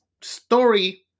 Story